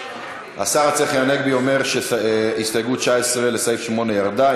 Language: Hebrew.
השר צחי הנגבי אומר שהסתייגות 19 לסעיף 8 ירדה.